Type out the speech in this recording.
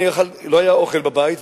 לא היה אוכל בבית,